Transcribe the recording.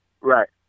right